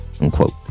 unquote